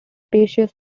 spacious